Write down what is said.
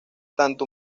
tanto